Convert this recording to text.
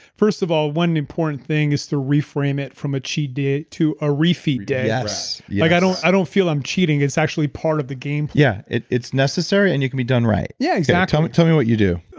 first of all, one important thing is to reframe it from a cheat day to a re-feed day. yes. yeah like i don't i don't feel i'm cheating, it's actually part of the game plan. yeah, it's necessary, and you can be done, right. yeah, exactly. like tell me what you do.